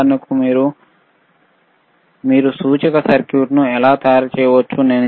ఉదాహరణకు మీరు సూచిక సర్క్యూట్ను ఎలా తయారు చేయవచ్చు